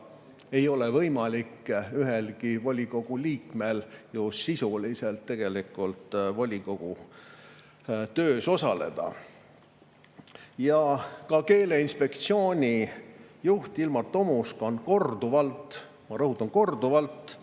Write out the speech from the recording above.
ei ole võimalik ühelgi volikogu liikmel ju sisuliselt volikogu töös osaleda. Ka [Keeleameti] juht Ilmar Tomusk on korduvalt – ma rõhutan, korduvalt!